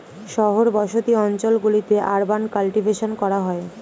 শহর বসতি অঞ্চল গুলিতে আরবান কাল্টিভেশন করা হয়